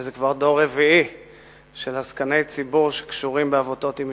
וזה כבר דור רביעי של עסקני ציבור שקשורים בעבותות עם משפחתי.